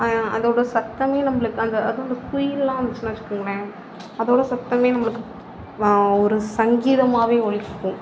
அதோடய சத்தமே நம்மளுக்கு அந்த அதுவும் அந்த குயில்லாம் வந்துச்சுன்னால் வச்சுக்கோங்களேன் அதோடய சத்தமே நம்மளுக்கு ஒரு சங்கீதமாகவே ஒலிக்கும்